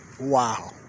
Wow